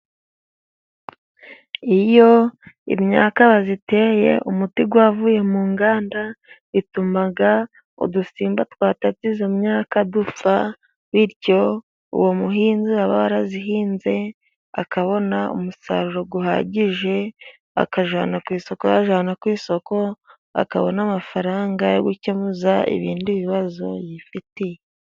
Iyo imyaka bayiteye umuti wavuye mu nganda ituma udusimba twatatse iyo myaka dupfa ,bityo uwo muhinzi uba yarayihinze akabona umusaruro uhagije, akajyana ku isoko ,yajyana ku isoko akabona amafaranga yo gukemuza ibindi bibazo yifitiye.